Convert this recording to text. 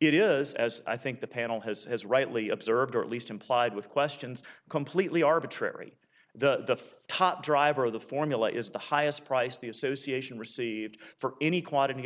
it is as i think the panel has rightly observed or at least implied with questions completely arbitrary the top driver of the formula is the highest price the association received for any quantity